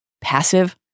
Passive